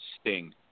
Sting